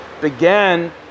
began